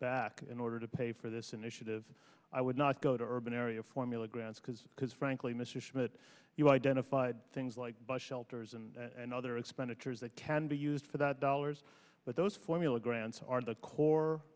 back in order to pay for this initiative i would not go to urban area formula grants because because frankly mr schmidt you identified things like bus shelters and other expenditures that can be used for that dollars but those formula grants are the core